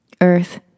Earth